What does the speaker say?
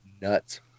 nuts